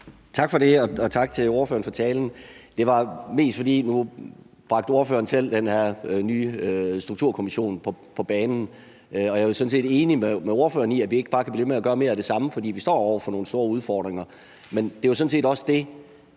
Tak for det. Og tak til ordføreren for talen. Nu bragte ordføreren selv den her nye Strukturkommission på banen, og jeg er sådan set enig med ordføreren i, at vi ikke bare kan blive med at gøre mere af det samme, for vi står over for nogle store udfordringer. Men det er sådan set også det